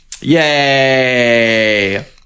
Yay